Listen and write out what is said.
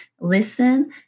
listen